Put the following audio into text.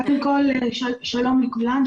קודם כל שלום לכולם,